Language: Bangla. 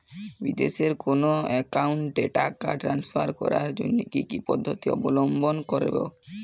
বিদেশের কোনো অ্যাকাউন্টে টাকা ট্রান্সফার করার জন্য কী কী পদ্ধতি অবলম্বন করব?